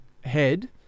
head